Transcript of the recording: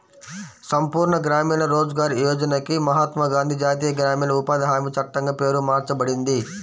సంపూర్ణ గ్రామీణ రోజ్గార్ యోజనకి మహాత్మా గాంధీ జాతీయ గ్రామీణ ఉపాధి హామీ చట్టంగా పేరు మార్చబడింది